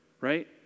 Right